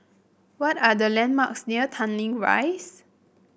what are the landmarks near Tanglin Rise